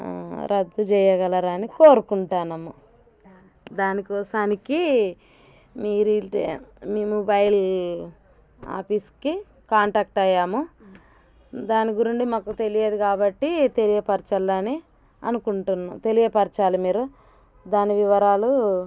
రద్దు చెయ్యగలరని కోరుకుంటున్నాము దానికోసం మీరు మేము బయల్ ఆఫిస్కి కాంటాక్ట్ అయ్యాము దాని గురించి మాకు తెలియదు కాబట్టి తెలియపరచాలని అనుకుంటున్నాను తెలియపరచాలి మీరు దాని వివరాలు